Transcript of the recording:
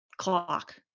clock